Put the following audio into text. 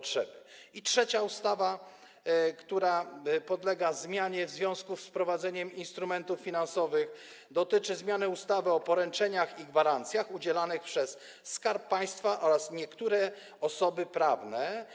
Trzecia ustawa, która podlega zmianie w związku z wprowadzeniem instrumentów finansowych, to ustawa o poręczeniach i gwarancjach udzielanych przez Skarb Państwa oraz niektóre osoby prawne.